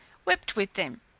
wept with them?